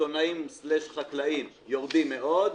לסיטונאים סלש לחקלאים יורדים מאוד,